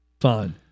Fine